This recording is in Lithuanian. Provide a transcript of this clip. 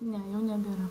ne jau nebėra